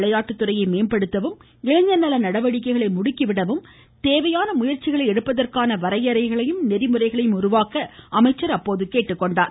விளையாட்டுத்துறையை மேம்படுத்தவும் இளைஞர் நாட்டில் நல நடவடிக்கைகளை முடுக்கி விடவும் தேவையான நடவடிக்கைகளை எடுப்பதற்கான வரையறைகளையும் நெறிமுறைகளையும் உருவாக்க அமைச்சர் கேட்டுக்கொண்டார்